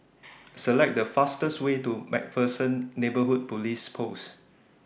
Select The fastest Way to MacPherson Neighbourhood Police Post